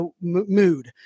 mood